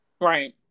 Right